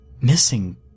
missing